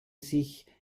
sich